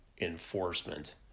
enforcement